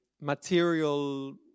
material